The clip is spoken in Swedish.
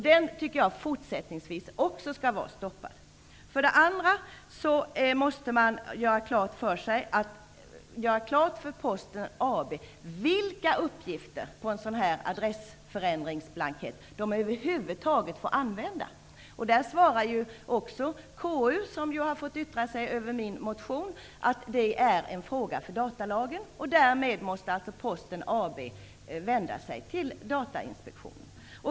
Jag tycker att den försäljningen skall vara stoppad också fortsättningsvis. För det andra måste man göra klart för Posten AB vilka uppgifter på en adressändringsblankett som över huvud taget får användas. KU, som har fått yttra sig över min motion, svarar att detta är en datalagsfråga. Således måste alltså Posten AB vända sig till Datainspektionen.